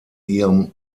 ihrem